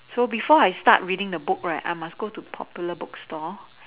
so before I start reading the book right I must go to popular bookstore